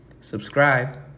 Subscribe